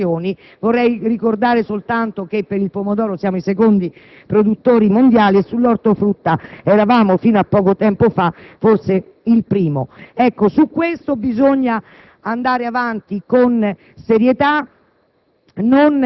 buone posizioni. Vorrei ricordare che per il pomodoro siamo i secondi produttori mondiali e che sull'ortofrutta eravamo, fino a poco tempo fa, forse i primi. In questo senso bisogna andare avanti con serietà